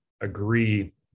agree